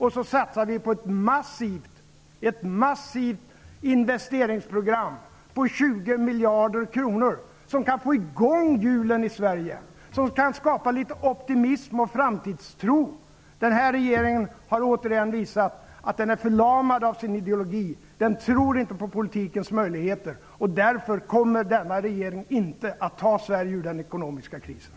Vi vill satsa 20 miljarder kronor i ett massivt investeringsprogram som kan få i gång hjulen i Sverige, som kan skapa litet optimism och framtidstro. Den här regeringen har återigen visat att den är förlamad av sin ideologi. Den tror inte på politikens möjligheter. Därför kommer denna regering inte att kunna ta Sverige ur den ekonomiska krisen.